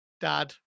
Dad